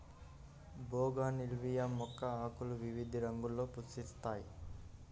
bougainvillea మొక్క ఆకులు వివిధ రంగుల్లో పుష్పిస్తాయి